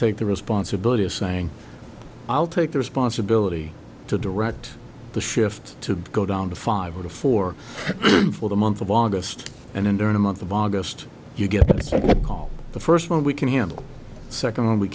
take the responsibility of saying i'll take the responsibility to direct the shift to go down to five or to four for the month of august and endure in a month of august you get all the first one we can handle second